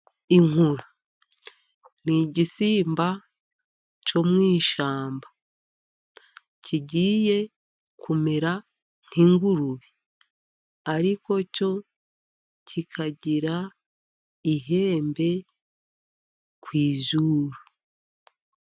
Inkura ni igisimba cyo mu ishyamba, kigiye kumera nk'ingurube, ariko cyo kikagira ihembe ku izuru.